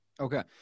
Okay